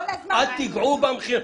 לא לגעת במכינות.